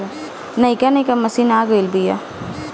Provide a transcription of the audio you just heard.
नइका नइका मशीन आ गइल बिआ